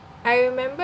I remembered